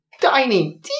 tiny